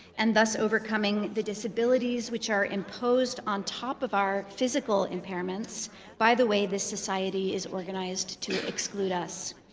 and thus overcoming the disabilities, which are imposed on top of our physical impairments by the way this society is organized to exclude us.